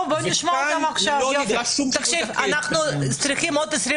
כאן לא נדרש שום --- יוליה מלינובסקי